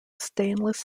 stainless